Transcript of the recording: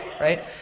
right